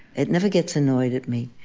it never gets annoyed at me.